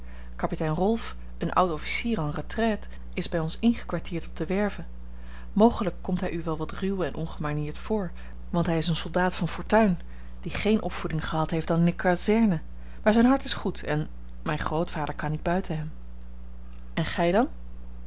kapitein rolf een oud officier en retraite is bij ons ingekwartierd op de werve mogelijk komt hij u wel wat ruw en ongemanierd voor want hij is een soldaat van fortuin die geene opvoeding gehad heeft dan in de kazerne maar zijn hart is goed en mijn grootvader kan niet buiten hem en gij dan